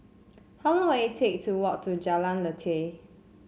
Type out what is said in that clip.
how long will it take to walk to Jalan Lateh